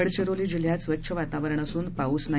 गडचिरोली जिल्ह्यात स्वच्छ वातावरण असून पाऊस नाही